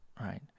Right